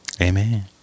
Amen